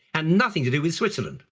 and nothing to do with switzerland.